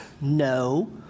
No